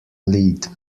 lead